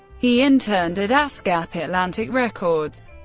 he interned at ascap, atlantic records,